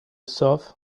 soothe